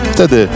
Wtedy